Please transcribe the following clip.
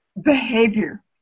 behavior